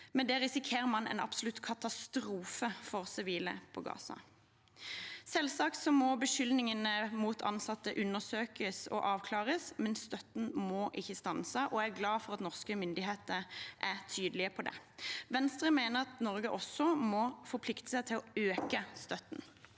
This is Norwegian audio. Med det risikerer man en absolutt katastrofe for sivile på Gaza. Selvsagt må beskyldningene mot ansatte undersøkes og avklares, men støtten må ikke stanse, og jeg er glad for at norske myndigheter er tydelige på det. Venstre mener at Norge også må forplikte seg til å øke støtten.